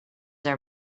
are